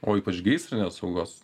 o ypač gaisrinės saugos